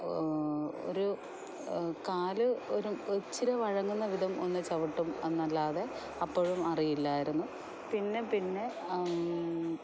ഒരു കാൽ ഒരു ഇച്ചിരി വഴങ്ങുന്ന വിധം ഒന്ന് ചവിട്ടും അന്നല്ലാതെ അപ്പോഴും അറിയില്ലായിരുന്നു പിന്നെ പിന്നെ